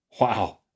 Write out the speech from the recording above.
wow